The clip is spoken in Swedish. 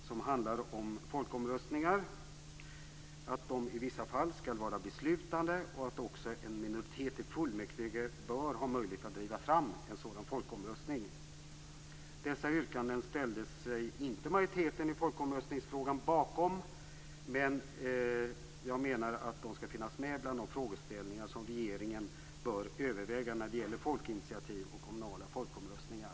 Det handlar om folkomröstningar, om att de i vissa fall skall vara beslutande och om att också en minoritet i fullmäktige bör ha möjlighet att driva fram en folkomröstning. Dessa yrkanden ställde sig inte majoriteten i folkomröstningsfrågan bakom, men jag menar att de skall finnas med bland de frågeställningar som regeringen bör överväga när det gäller folkinitiativ och kommunala folkomröstningar.